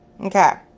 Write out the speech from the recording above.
Okay